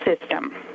system